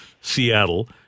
Seattle